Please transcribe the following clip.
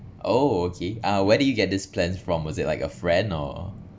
oh okay uh where did you get this plan from is it like a friend or